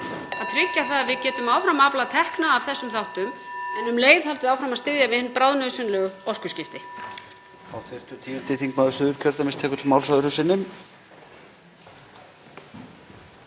að tryggja að við getum áfram aflað tekna af þessum þáttum en um leið haldið áfram að styðja við hin bráðnauðsynlegu orkuskipti.